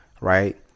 right